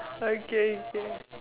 okay okay